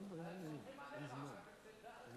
אולי הם סומכים עליך, חבר הכנסת אלדד.